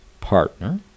partner